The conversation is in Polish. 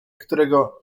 którego